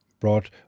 brought